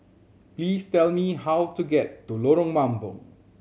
please tell me how to get to Lorong Mambong